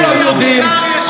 שכולם יודעים,